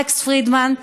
אלכס פרידמן,